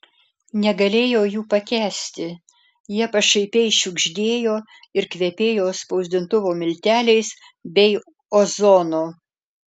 negalėjo jų pakęsti jie pašaipiai šiugždėjo ir kvepėjo spausdintuvo milteliais bei ozonu